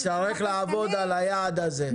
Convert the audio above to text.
נצטרך לעבוד על היעד הזה.